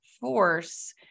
force